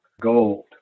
gold